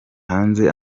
hanze